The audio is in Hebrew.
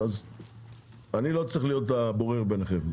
אני לא צריך להיות הבורר ביניכם.